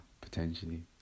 potentially